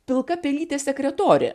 pilka pelytė sekretorė